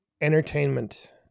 entertainment